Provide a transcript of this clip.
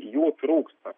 jų trūksta